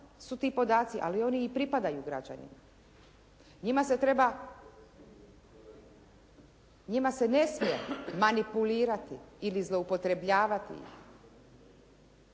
su ti podaci ali oni i pripadaju građanima. Njima se ne smije manipulirati ili zloupotrebljavati